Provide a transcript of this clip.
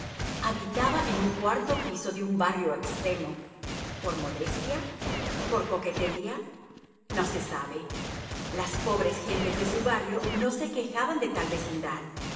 habitaba en un cuarto piso de un barrio extremo por modestia por coquetería no se sabe las pobres gentes de su barrio no se quejaban de tal vecindad él por